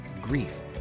Grief